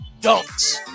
dunks